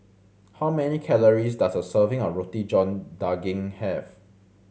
how many calories does a serving of Roti John Daging have